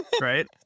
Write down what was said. right